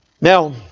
now